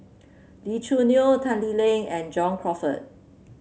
Lee Choo Neo Tan Lee Leng and John Crawfurd